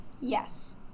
yes